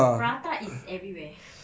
prata is everywhere